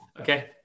Okay